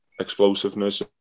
explosiveness